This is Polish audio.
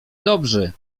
dobrzy